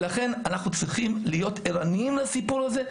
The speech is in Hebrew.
אנחנו צריכים להיות ערניים לסיפור הזה,